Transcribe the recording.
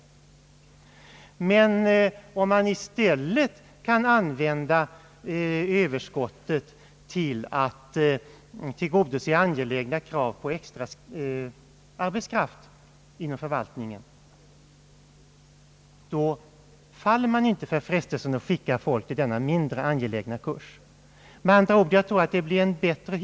Finge myndigheten i stället använda överskottet till att tillgodose angelägna behov av extra arbetskraft inom förvaltningen, faller den kanske inte för frestelsen att skicka befattningshavare till en mindre angelägen kurs.